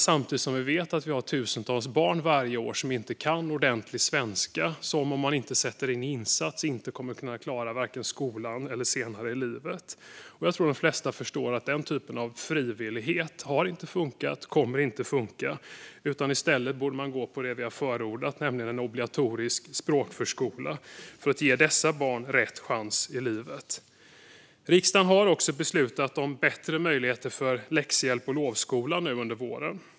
Samtidigt vet vi att vi har tusentals barn varje år som inte kan ordentlig svenska och som, om man inte sätter in insatser, inte kommer att kunna klara vare sig skolan eller livet. Jag tror att de flesta förstår att denna typ av frivillighet inte har funkat och inte kommer att funka. I stället borde man gå på det som vi har förordat, nämligen en obligatorisk språkförskola för att ge dessa barn rätt chans i livet. Riksdagen har också under våren beslutat om bättre möjligheter för läxhjälp och lovskola.